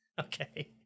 Okay